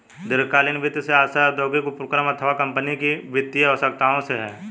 दीर्घकालीन वित्त से आशय औद्योगिक उपक्रम अथवा कम्पनी की वित्तीय आवश्यकताओं से है